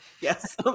Yes